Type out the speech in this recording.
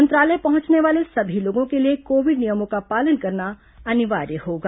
मंत्रालय पहुंचने वाले सभी लोगों के लिए कोविड नियमों का पालन करना अनिवार्य होगा